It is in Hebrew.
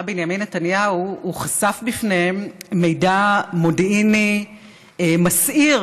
בנימין נתניהו הוא חשף בפניהם מידע מודיעיני מסעיר.